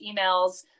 emails